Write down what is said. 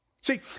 See